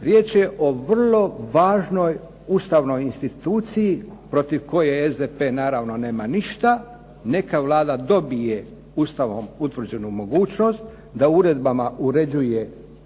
riječ je o vrlo važnoj ustavnoj instituciji protiv koje SDP-e naravno nema ništa, neka Vlada dobije Ustavom utvrđenu mogućnost da uredbama uređuje oblast